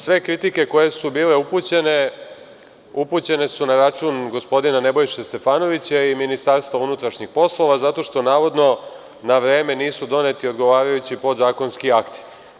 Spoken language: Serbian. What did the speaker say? Sve kritike koje su bile upućene, upućene su na račun gospodina Nebojše Stefanovića i MUP, zato što navodno na vreme nisu doneti odgovarajući podzakonski akti.